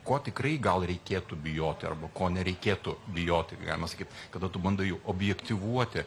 ko tikrai gal reikėtų bijoti arba ko nereikėtų bijoti galima sakyt kada tu bandai jau objektyvuoti